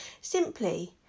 simply